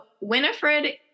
Winifred